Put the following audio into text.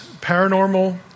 Paranormal